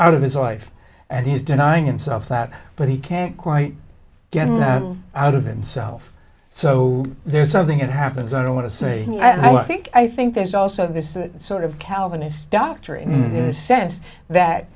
out of his life and he's denying unself that but he can't quite get it out of him self so there is something it happens i don't want to say and i think i think there's also this sort of calvinist doctor in the sense that